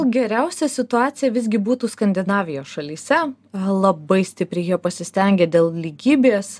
geriausia situacija visgi būtų skandinavijos šalyse labai stipriai jie pasistengė dėl lygybės